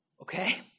okay